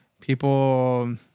people